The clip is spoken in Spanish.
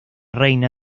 reina